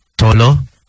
Tolo